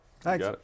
Thanks